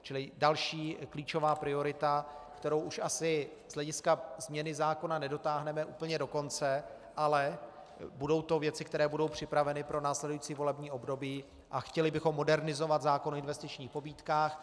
Čili další klíčová priorita, kterou už asi z hlediska změny zákona nedotáhneme úplně do konce, ale budou to věci, které budou připraveny pro následující volební období, a chtěli bychom modernizovat zákon o investičních pobídkách.